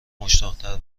مشتاقتر